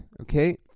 okay